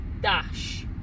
dash